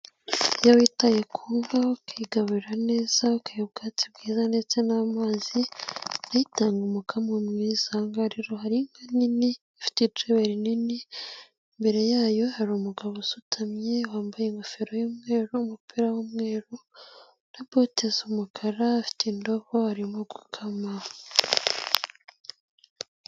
lyo witaye ku nka ukayigaburira neza, ukayiha ubwatsi bwiza ndetse n'amazi, nayo itanga umukamo mwiza. Aha ngaha rero hari inka nini ,ifite icebe rinini, imbere y'ayo hari umugabo usutamye, wambaye ingofero y'umweru, umupira w'umweru ,na bote z'umukara ,afite indobo arimo gukama.